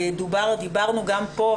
דיברנו גם פה,